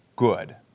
good